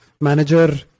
manager